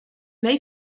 may